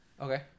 okay